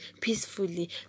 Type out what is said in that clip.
peacefully